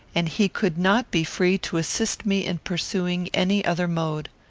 and he could not be free to assist me in pursuing any other mode.